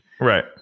right